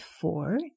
four